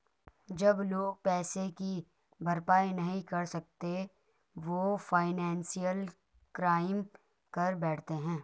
जब लोग पैसे की भरपाई नहीं कर सकते वो फाइनेंशियल क्राइम कर बैठते है